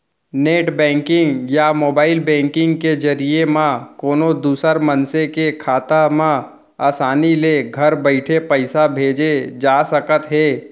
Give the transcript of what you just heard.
net banking या mobile banking के जरिए म कोनों दूसर मनसे के खाता म आसानी ले घर बइठे पइसा भेजे जा सकत हे